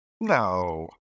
no